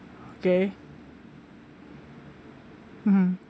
okay mmhmm